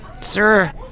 Sir